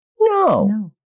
No